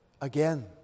again